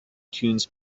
tunes